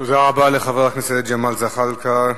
תודה רבה לחבר הכנסת ג'מאל זחאלקה.